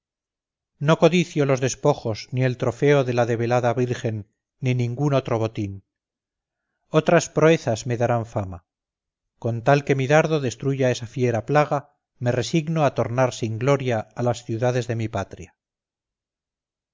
no codicio los despojos ni el trofeo de la debelada virgen ni ningún otro botín otras proezas me darán fama con tal que mi dardo destruya esa fiera plaga me resigno a tornar sin gloria a las ciudades de mi patria